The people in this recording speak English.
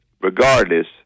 regardless